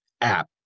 app